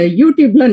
youtube